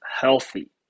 healthy